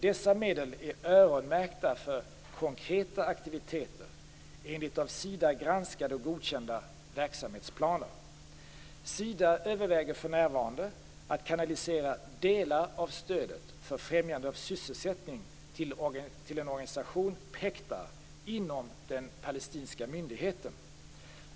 Dessa medel är öronmärkta för konkreta aktiviteter, enligt av Sida granskade och godkända verksamhetsplaner. Sida överväger för närvarande att kanalisera delar av stödet för främjande av sysselsättning till en organisation, PECDAR, inom den palestinska myndigheten.